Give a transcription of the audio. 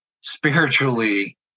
spiritually